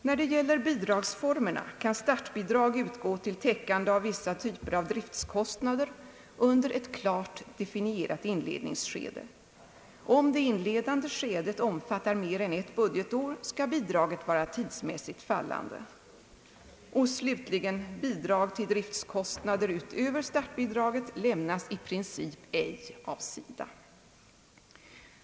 När det gäller bidragsformerna kan startbidrag utgå till täckande av vissa typer av driftskostnader under ett klart definierat inledningsskede. Om det inledande skedet omfattar mer än ett budgetår, skall bidraget vara tidsmässigt fallande. Och slutligen: Bidrag till kostnader utöver startbidraget lämnas i princip ej av SIDA.